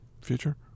future